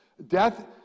Death